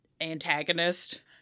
antagonist